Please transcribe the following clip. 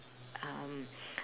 um